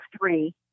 three